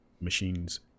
machines